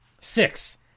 Six